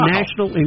National